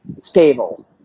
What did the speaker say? stable